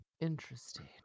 Interesting